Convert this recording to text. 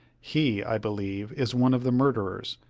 he, i believe, is one of the murderers.